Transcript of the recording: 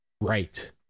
right